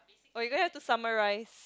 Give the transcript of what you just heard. oh you going to have to summarise